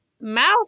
mouth